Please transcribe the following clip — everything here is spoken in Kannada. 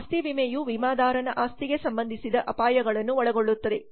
ಆಸ್ತಿ ವಿಮೆಯು ವಿಮಾದಾರನ ಆಸ್ತಿಗೆ ಸಂಬಂಧಿಸಿದ ಅಪಾಯಗಳನ್ನು ಒಳಗೊಳ್ಳುತ್ತದೆ